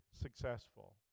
successful